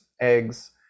eggs